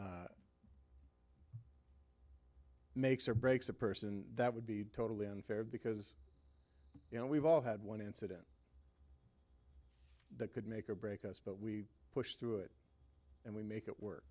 incident makes or breaks a person that would be totally unfair because you know we've all had one incident that could make or break us but we push through it and we make it work